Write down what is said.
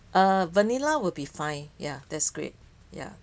uh vanilla will be fine yeah that's great yeah